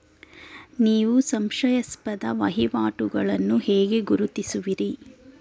ನೀವು ಸಂಶಯಾಸ್ಪದ ವಹಿವಾಟುಗಳನ್ನು ಹೇಗೆ ಗುರುತಿಸುವಿರಿ?